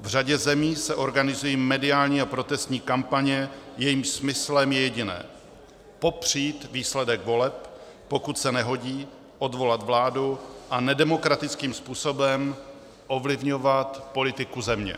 V řadě zemí se organizují mediální a protestní kampaně, jejichž smyslem je jediné: popřít výsledek voleb, pokud se nehodí, odvolat vládu a nedemokratickým způsobem ovlivňovat politiku země.